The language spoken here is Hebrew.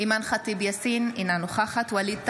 אימאן ח'טיב יאסין, אינה נוכחת ווליד טאהא,